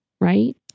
right